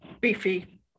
beefy